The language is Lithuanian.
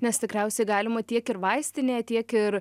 nes tikriausiai galima tiek ir vaistinėje tiek ir